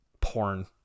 porn